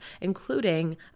including